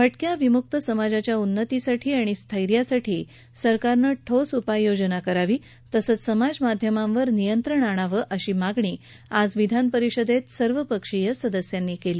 भटक्या विमुक्त समाजाच्या उन्नतीसाठी आणि स्थैर्यासाठी सरकारनं ठोस उपाययोजना करावी तसंच समाज माध्यमांवर नियंत्रण आणावं अशी मागणी आज विधानपरिषदेत सर्व पक्षीय सदस्यांनी केली